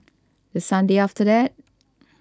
the Sunday after that